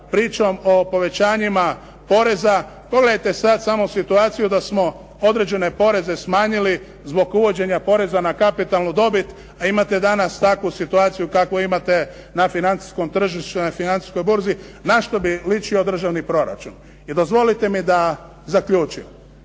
pričom o povećanjima poreza. Pogledajte sad samo situaciju da smo određene poreze smanjili zbog uvođenja poreza na kapitalnu dobit, a imate danas takvu situaciju kakvu imate na financijskom tržištu, na financijskoj burzi, na što bi ličio državni proračun. I dozvolite mi da zaključim.